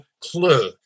clue